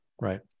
right